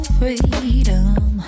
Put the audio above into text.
freedom